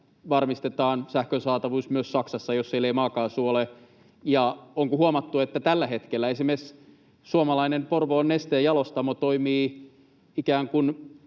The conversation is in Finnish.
varmistetaan sähkön saatavuus myös Saksassa, jos siellä ei maakaasua ole? Ja onko huomattu, että tällä hetkellä esimerkiksi suomalainen Porvoon Nesteen jalostamo toimii ikään kuin